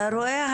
אתה רואה,